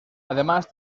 además